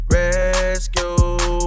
rescue